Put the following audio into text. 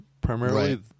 primarily